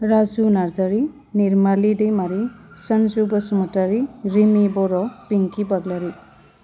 Raju Narzary Nirmali Daimari Sunju Basumatary Rimi Boro Pinki Baglary